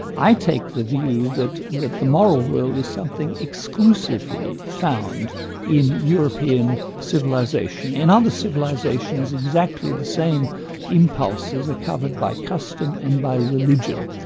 i take the view that the the moral world is something exclusively found in european civilisation. in other civilisations exactly the same impulses are covered by custom and by religion,